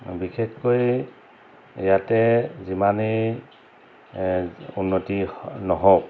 বিশেষকৈ ইয়াতে যিমানেই উন্নতি নহওক